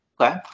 Okay